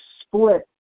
split